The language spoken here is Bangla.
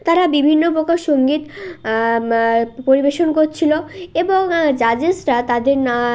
তারা বিভিন্ন প্রকার সঙ্গীত পরিবেশন করছিল এবং জাজেসরা তাদের না